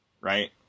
right